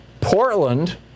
Portland